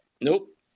Nope